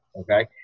okay